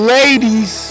ladies